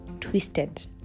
twisted